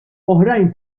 oħrajn